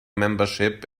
membership